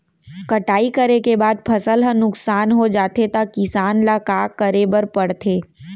कटाई करे के बाद फसल ह नुकसान हो जाथे त किसान ल का करे बर पढ़थे?